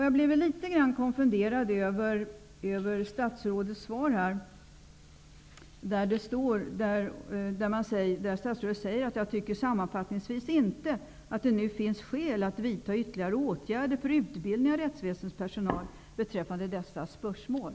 Jag blev litet grand konfunderad över statsrådets svar. Statsrådet säger: Jag tycker sammanfattningsvis inte att det nu finns skäl att vidta ytterligare åtgärder för utbildning av rättsväsendets personal beträffande dessa spörsmål.